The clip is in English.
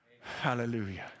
Hallelujah